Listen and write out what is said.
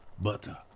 butter